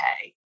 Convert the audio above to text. okay